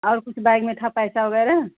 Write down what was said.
और कुछ बैग में था पैसा वग़ैरह